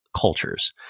cultures